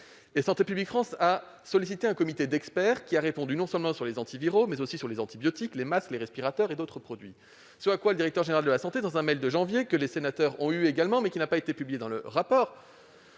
Santé publique France a sollicité un comité d'experts, qui a répondu non seulement sur les antiviraux, mais aussi sur les antibiotiques, les masques, les respirateurs et d'autres produits. À cela, le directeur général de la santé a répondu, dans un mail de janvier également transmis aux sénateurs, mais non publié dans le rapport